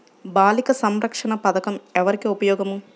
బాలిక సంరక్షణ పథకం ఎవరికి ఉపయోగము?